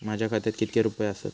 माझ्या खात्यात कितके रुपये आसत?